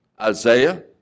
Isaiah